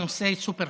הוא נושא סופר-חשוב.